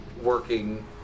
working